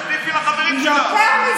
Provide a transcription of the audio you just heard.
תטיפי לחברים שלך.